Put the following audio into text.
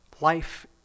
life